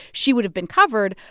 she would've been covered.